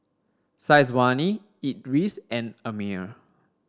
Syazwani Idris and Ammir